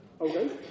Okay